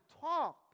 talk